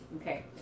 Okay